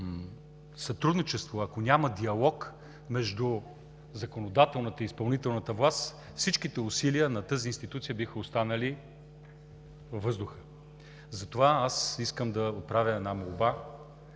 сътрудничество, ако няма диалог между законодателната и изпълнителната власт, всичките усилия на тази институция биха останали във въздуха. Затова аз искам да отправя една молба